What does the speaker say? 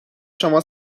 شما